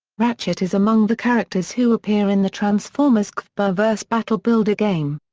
ratchet is among the characters who appear in the transformers cvberverse battle builder game.